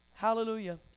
Hallelujah